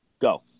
Go